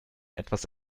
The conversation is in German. etwas